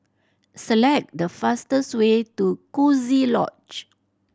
select the fastest way to Coziee Lodge